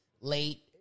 late